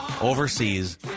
overseas